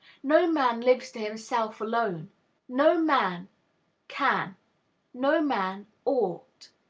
no man lives to himself alone no man can no man ought.